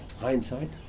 hindsight